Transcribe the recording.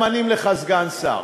ממנים לך סגן שר.